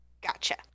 Gotcha